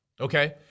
okay